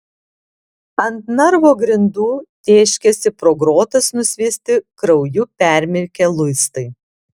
ant narvo grindų tėškėsi pro grotas nusviesti krauju permirkę luistai